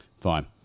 Fine